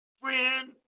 friend